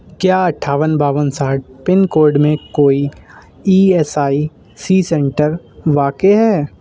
کیا اٹھاون باون ساٹھ پن کوڈ میں کوئی E S I C centre واقع ہے